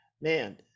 man